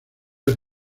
del